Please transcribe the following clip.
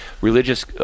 Religious